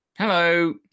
Hello